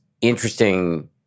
interesting